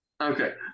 Okay